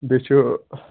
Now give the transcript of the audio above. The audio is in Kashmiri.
بیٚیہِ چھُ